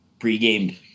pre-gamed